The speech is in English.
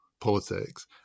politics